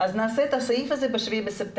את הדיון על הסעיף הזה נקיים ב-7 בספטמבר.